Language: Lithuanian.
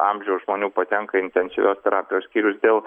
amžiaus žmonių patenka į intensyvios terapijos skyrius dėl